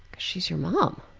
she's your mom?